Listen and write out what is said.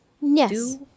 Yes